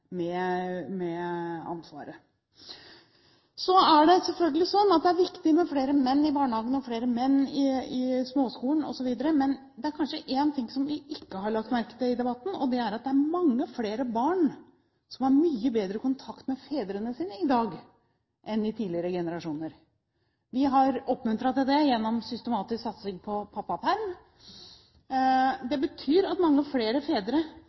med ansvaret. Så er det selvsagt slik at det er viktig med flere menn i barnehagene og flere menn i småskolen osv. Men det er kanskje én ting som vi ikke har lagt merke til i debatten, og det er at det er mange flere barn som har mye bedre kontakt med fedrene sine i dag enn i tidligere generasjoner. Vi har oppmuntret til det gjennom systematisk satsing på pappaperm. Det betyr at mange flere fedre